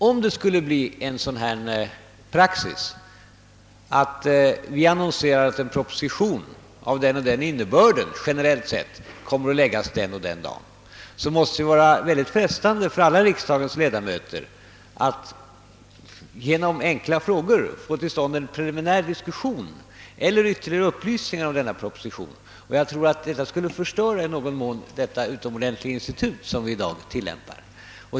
Om det skulle bli praxis att vi annonserar en proposition av den eller den innebörden, som kommer att framläggas den och den dagen, så måste det vara mycket frestande för alla riks dagens ledamöter att genom enkla frågor få till stånd en preliminär diskussion eller få ytterligare upplysningar om den propositionen. Det tror jag skulle i någon mån förstöra det utomordentliga frågeinstitut som vi i dag tillämpar.